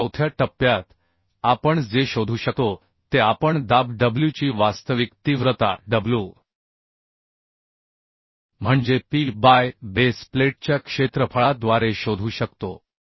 मग चौथ्या टप्प्यात आपण जे शोधू शकतो ते आपण दाब डब्ल्यूची वास्तविक तीव्रता w म्हणजे p बाय बेस प्लेटच्या क्षेत्रफळाद्वारे शोधू शकतो